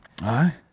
Aye